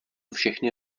všechny